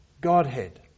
Godhead